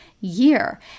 year